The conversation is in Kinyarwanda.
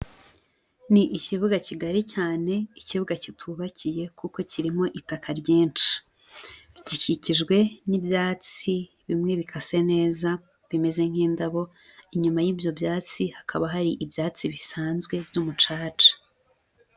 Ni ikibuga kigari cyane, ikibuga kitubakiye, kuko kirimo itaka ryinshi. Gikikijwe n'ibyatsi bimwe bikase neza bimeze nk'indabo, inyuma y'ibyo byatsi hakaba hari ibyatsi bisanzwe by'umucaca.